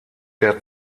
der